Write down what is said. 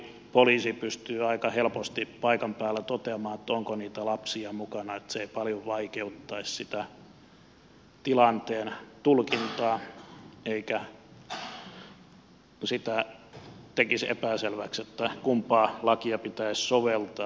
varmaankin poliisi pystyy aika helposti paikan päällä toteamaan onko niitä lapsia mukana joten se ei paljon vaikeuttaisi sitä tilanteen tulkintaa eikä sitä tekisi epäselväksi kumpaa lakia pitäisi soveltaa